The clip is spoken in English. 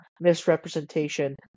misrepresentation